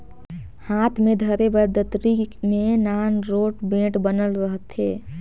हाथ मे धरे बर दतरी मे नान रोट बेठ बनल रहथे